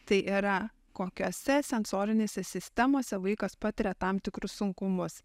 tai yra kokiose sensorinėse sistemose vaikas patiria tam tikrus sunkumus